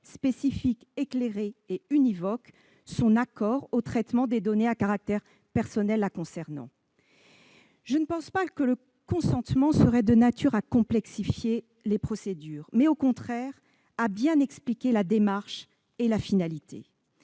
spécifique, éclairée et univoque son accord au traitement des données à caractère personnel la concernant. La prise en compte du consentement serait de nature, selon moi, non pas à complexifier les procédures, mais au contraire à expliquer la démarche et la finalité